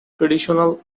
traditional